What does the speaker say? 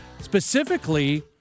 specifically